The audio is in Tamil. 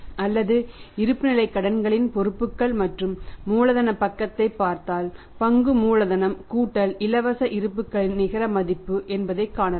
அல்லது இருப்புநிலைக் கடன்களின் பொறுப்புகள் மற்றும் மூலதனப் பக்கத்தைப் பார்த்தால் பங்கு மூலதனம் கூட்டல் இலவச இருப்புக்களின் நிகர மதிப்பு என்பதைக் காணலாம்